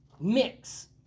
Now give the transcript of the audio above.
mix